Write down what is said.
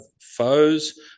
foes